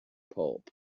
pulp